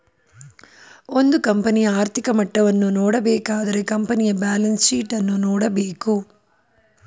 ಒಂದು ಕಂಪನಿಯ ಆರ್ಥಿಕ ಮಟ್ಟವನ್ನು ನೋಡಬೇಕಾದರೆ ಕಂಪನಿಯ ಬ್ಯಾಲೆನ್ಸ್ ಶೀಟ್ ಅನ್ನು ನೋಡಬೇಕು